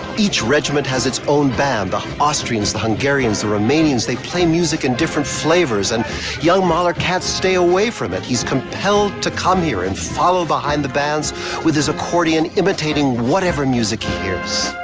each regiment has its own band. the austrians, the hungarians, the romanians they play music in different flavors. and young mahler can't stay away from it. he's compelled to come here and follow behind the bands with his accordion, imitating whatever music he